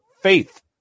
faith